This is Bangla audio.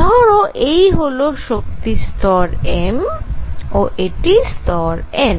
ধরো এই হল শক্তি স্তর m ও এটি স্তর n